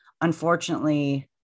unfortunately